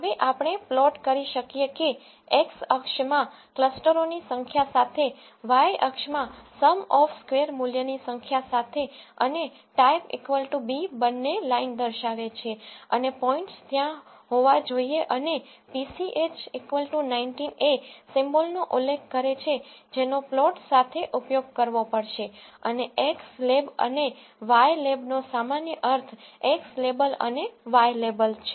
હવે આપણે પ્લોટ કરી શકીએ કે એક્સ અક્ષમાં ક્લસ્ટરોની સંખ્યા સાથે અને y અક્ષમાં સમ ઓફ સ્કેવર મૂલ્યની સંખ્યા સાથે અને type b બંને લાઈન દર્શાવે છે અને પોઈન્ટ્સ ત્યાં હોવા જોઈએ અને pch 19 એ સિમ્બોલનો ઉલ્લેખ કરે છે જેનો પ્લોટ સાથે ઉપયોગ કરવો પડશે અને એક્સ લેબ અને વાય લેબ નો સામાન્ય અર્થ એક્સ લેબલ અને વાય લેબલ છે